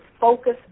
focus